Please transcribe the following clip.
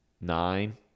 Nine